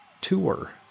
tour